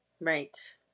Right